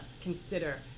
consider